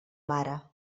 mare